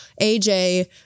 AJ